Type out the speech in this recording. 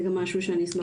זה גם משהו שאני אשמח.